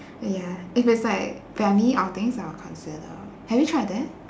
but ya if it's like family outings I would consider have you tried that